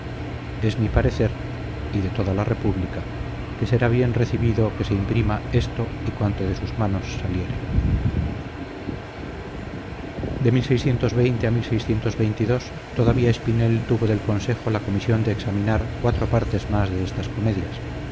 es mi parecer y de toda la república que será bien recibido que se imprima esto y cuanto de sus manos saliere de a todavía espinel tuvo del consejo la comisión de examinar cuatro partes más de estas comedias